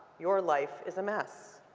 your life is a mess.